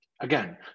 Again